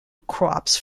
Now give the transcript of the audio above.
crops